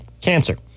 cancer